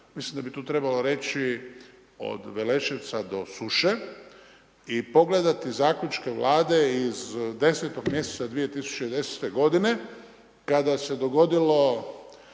Mislim da bi tu trebalo reći od Veleševca do Suše i pogledati zaključke Vlade iz 10. mj. 2010. g. kada s je dogodilo